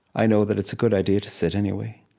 i know that it's a good idea to sit anyway.